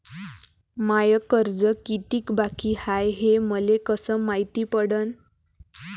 माय कर्ज कितीक बाकी हाय, हे मले कस मायती पडन?